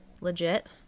legit